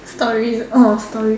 story oh story